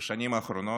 בשנים האחרונות?